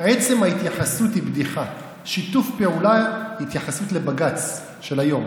עצם ההתייחסות היא בדיחה, התייחסות לבג"ץ של היום,